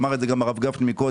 אמר את זה גם הרב גפני קודם.